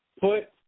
put